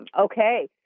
okay